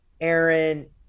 Aaron